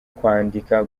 kwandika